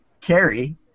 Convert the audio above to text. Carrie